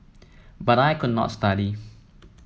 but I could not study